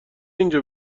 اینجا